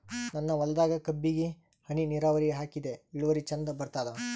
ನನ್ನ ಹೊಲದಾಗ ಕಬ್ಬಿಗಿ ಹನಿ ನಿರಾವರಿಹಾಕಿದೆ ಇಳುವರಿ ಚಂದ ಬರತ್ತಾದ?